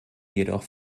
jedoch